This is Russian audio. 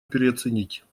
переоценить